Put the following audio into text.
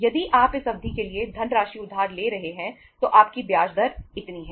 यदि आप इस अवधि के लिए धनराशि उधार ले रहे हैं तो आपकी ब्याज दर इतनी है